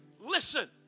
Listen